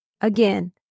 Again